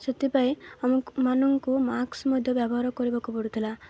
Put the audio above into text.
ସେଥିପାଇଁ ଆମ ମାନଙ୍କୁ ମାକ୍ସ ମଧ୍ୟ ବ୍ୟବହାର କରିବାକୁ ପଡ଼ୁଥିଲା